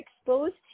exposed